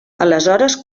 aleshores